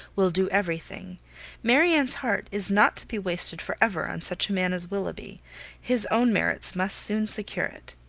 will do everything marianne's heart is not to be wasted for ever on such a man as willoughby his own merits must soon secure it.